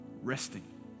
resting